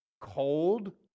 cold